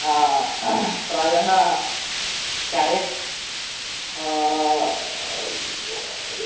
प्रायः केरेट्